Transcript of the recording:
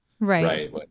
Right